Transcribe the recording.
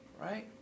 right